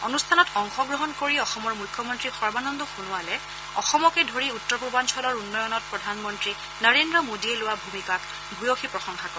অনুষ্ঠানত অংশগ্ৰহণ কৰি অসমৰ মুখ্যমন্ত্ৰী সৰ্বানন্দ সোণোৱালে অসমকে ধৰি উত্তৰ পূৰ্বাঞ্চলৰ উন্নয়নত প্ৰধানমন্ত্ৰী নৰেদ্ৰ মোডীয়ে লোৱা ভূমিকাক ভূয়সী প্ৰশংসা কৰে